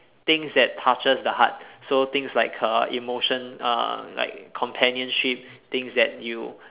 things that touches the heart so things like err emotion uh like companionship things that you